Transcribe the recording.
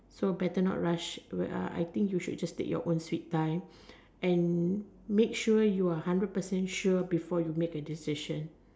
so better not rush I think you should just take your own sweet time and make sure you are hundred percent sure before you make a decision